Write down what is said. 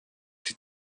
die